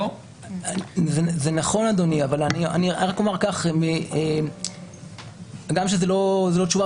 זה נכון אדוני אבל אני אומר הגם שזאת לא תשובה